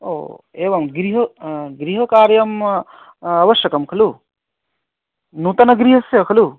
ओ एवं गृह गृह कार्यं आवश्यकं खलु नूतनगृहस्य खलु